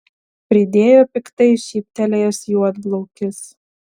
pridėjo piktai šyptelėjęs juodplaukis